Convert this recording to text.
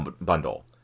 bundle